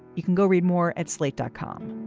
you can go read more at slate dot com.